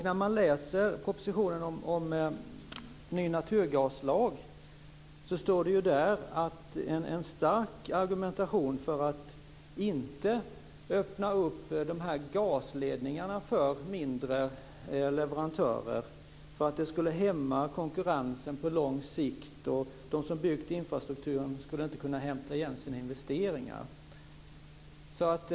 När man läser propositionen om ny naturgaslag så finns det en stark argumentation för att inte öppna dessa gasledningar för mindre leverantörer, eftersom det skulle hämma konkurrensen på lång sikt, och de som har byggt infrastrukturen skulle inte kunna hämta igen sina investeringar.